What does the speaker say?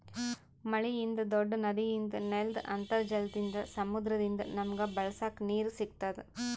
ಮಳಿಯಿಂದ್, ದೂಡ್ಡ ನದಿಯಿಂದ್, ನೆಲ್ದ್ ಅಂತರ್ಜಲದಿಂದ್, ಸಮುದ್ರದಿಂದ್ ನಮಗ್ ಬಳಸಕ್ ನೀರ್ ಸಿಗತ್ತದ್